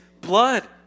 blood